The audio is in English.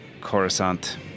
Coruscant